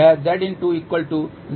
वह Zin1Z12Z0 है